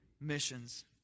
missions